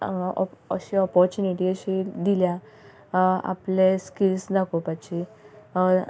अश्यो ऑपोर्चुनिटी अशी दिल्या आपले स्किल्स दाखोवपाची